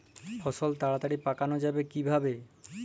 ফসল তাড়াতাড়ি পাকানো যাবে কিভাবে?